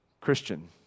Christian